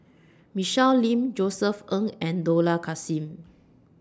Michelle Lim Josef Ng and Dollah Kassim